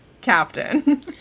captain